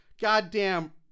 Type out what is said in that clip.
goddamn